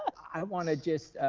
i want to just,